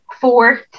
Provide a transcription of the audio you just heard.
fourth